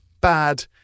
bad